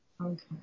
Okay